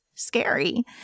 scary